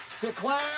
declare